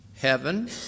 Heaven